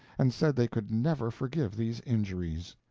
and said they could never forgive these injuries.